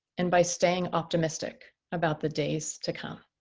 and by staying optimistic about the days to come.